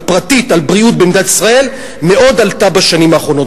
על בריאות במדינת ישראל מאוד עלתה בשנים האחרונות.